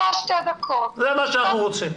זה מה שאנחנו רוצים.